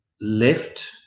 left